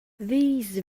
these